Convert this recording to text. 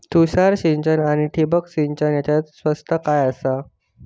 तुषार सिंचन आनी ठिबक सिंचन यातला स्वस्त काय आसा?